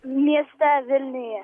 mieste vilniuje